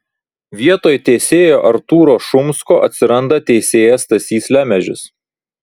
vietoj teisėjo artūro šumsko atsiranda teisėjas stasys lemežis